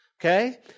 okay